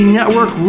Network